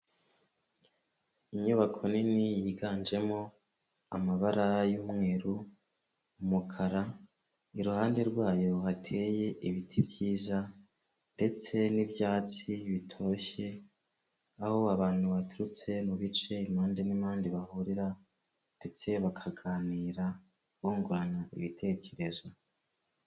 Inyubako nini yiganjemo amabara y'umweru, umukara, iruhande rwayo hateye ibiti byiza ndetse n'ibyatsi bitoshye, aho abantu baturutse mu bice impande n'impande bahurira ndetse bakaganira bungurana ibitekerezo.